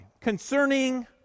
concerning